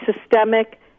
systemic